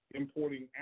importing